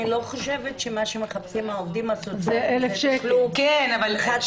אני לא חושבת שמה שהעובדים הסוציאליים מחפשים זה תשלום חד-פעמי.